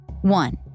One